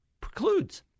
precludes